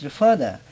further